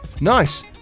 nice